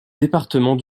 département